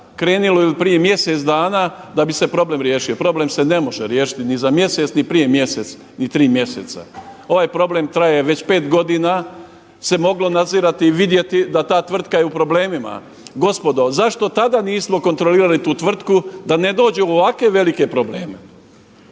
krenulo ili prije mjesec dana da bi se problem riješio. Problem se ne može riješiti ni za mjesec, ni prije mjesec, ni tri mjeseca. Ovaj problem traje već pet godina se moglo nadzirati, vidjeti da ta tvrtka je u problemima. Gospodo zašto tada nismo kontrolirali tu tvrtku da ne dođe u ovakve velike probleme.